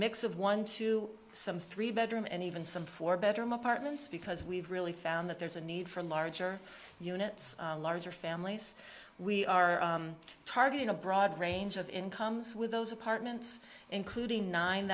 mix of one two some three bedroom and even some four bedroom apartments because we've really found that there's a need for larger units larger families we are targeting a broad range of incomes with those apartments including nine